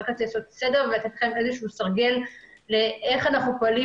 רק רציתי לעשות סדר ולתת סרגל לאיך אנו פועלים